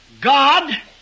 God